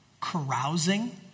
carousing